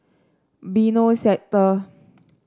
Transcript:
Benoi Sector